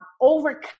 overcome